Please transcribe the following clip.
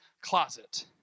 closet